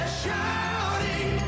shouting